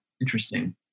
interesting